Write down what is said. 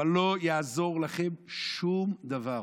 אבל לא יעזור לכם שום דבר,